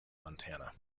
montana